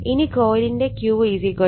ഇനി കൊയിലിന്റെ Q 31